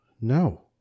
No